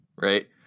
right